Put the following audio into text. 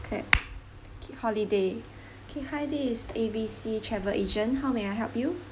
clap K holiday K hi this is A B C travel agent how may I help you